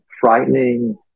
frightening